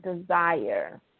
desire